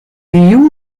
you